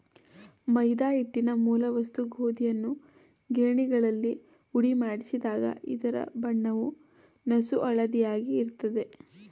ಮೈದಾ ಹಿಟ್ಟಿನ ಮೂಲ ವಸ್ತು ಗೋಧಿಯನ್ನು ಗಿರಣಿಗಳಲ್ಲಿ ಹುಡಿಮಾಡಿಸಿದಾಗ ಇದರ ಬಣ್ಣವು ನಸುಹಳದಿಯಾಗಿ ಇರ್ತದೆ